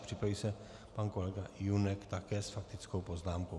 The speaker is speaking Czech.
Připraví se pan kolega Junek, také s faktickou poznámkou.